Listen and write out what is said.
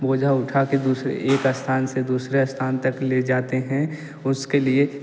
बोझ उठा कर दूसरे एक स्थान से दूसरे स्थान तक भी ले जाते हैं उसके लिए